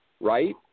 right